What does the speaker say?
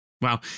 Wow